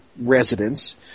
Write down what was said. residents